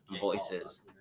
voices